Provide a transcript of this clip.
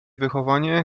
wychowanie